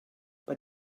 but